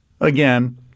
again